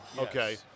Okay